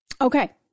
okay